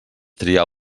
triar